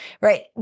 right